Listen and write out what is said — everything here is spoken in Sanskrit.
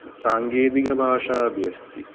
साङ्केतिकभाषा अपि अस्ति